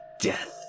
death